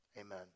Amen